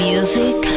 Music